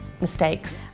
mistakes